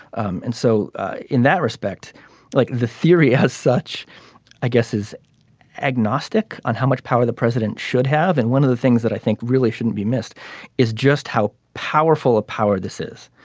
um and so in that respect like the theory as such i guess is agnostic on how much power the president should have and one of the things that i think really shouldn't be missed is just how powerful a power this is.